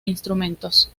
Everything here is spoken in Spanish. instrumentos